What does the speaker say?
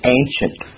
ancient